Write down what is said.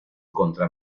contra